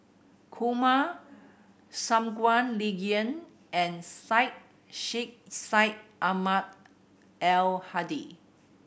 Kumar Shangguan Liuyun and Syed Sheikh Syed Ahmad Al Hadi